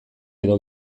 edo